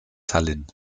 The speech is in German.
tallinn